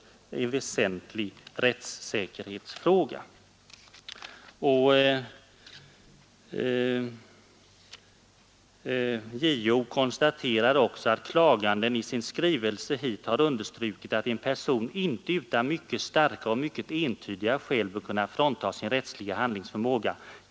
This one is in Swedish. JO konstaterar även att klaganden ”i sin skrivelse hit understrukit att en person inte utan mycket starka och mycket entydiga skäl bör kunna fråntas sin rättsliga handlingsförmåga.